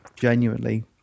genuinely